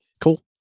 Cool